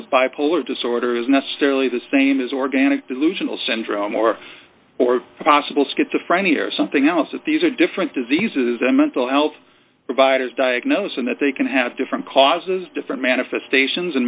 of bipolar disorder is necessarily the same as organic delusional syndrome or or possible schizophrenia or something else that these are different diseases a mental health providers diagnosis and that they can have different causes different manifestations and